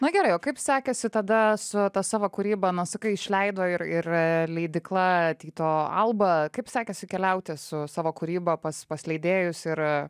na gerai o kaip sekėsi tada su ta savo kūryba na sakai išleido ir ir leidykla tyto alba kaip sekėsi keliauti su savo kūryba pas pas leidėjus ir